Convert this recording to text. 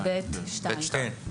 10כג(ב)(2).